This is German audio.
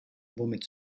womit